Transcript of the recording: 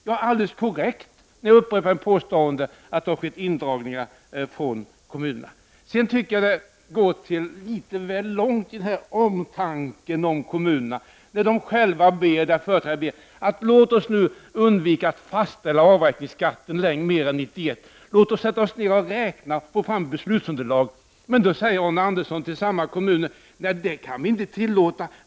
Det var alldeles korrekt när jag påstod att det skett indragningar från kommunerna. Jag tycker att man går litet väl långt i omtanken om kommunerna. Företrädare för kommunerna ber: Låt oss undvika att fastställa avräkningsskatten för en längre period än år 1991. Låt oss sätta oss ner och räkna och få fram beslutsunderlag. Men då säger Arne Andersson till dessa kommuner: Det kan vi inte tillåta.